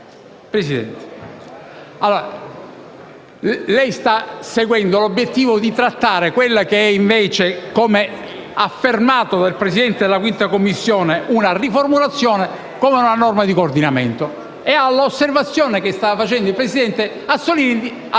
Presidente. Lei sta seguendo l'obiettivo di trattare quella che è, come affermato dal Presidente della 5a Commissione, una riformulazione come una norma di coordinamento e all'osservazione avanzata dal presidente Azzollini ha risposto